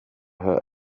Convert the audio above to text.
her